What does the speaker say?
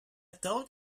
toad